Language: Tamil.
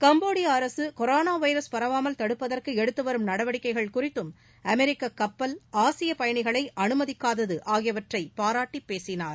கம்போடியா அரசு கொரோனா வைரஸ் பரவாமல் தடுப்பதற்கு எடுத்துவரும் நடவடிக்கைகள் குறித்தும் அமெரிக்க கப்பல் ஆசிய பயணிகளை அனுமதிக்காதது ஆகியவற்றை பாராட்டி பேசினார்